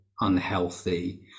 unhealthy